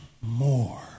more